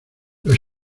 los